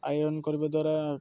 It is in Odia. ଆଇରନ୍ କରିବା ଦ୍ୱାରା